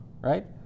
Right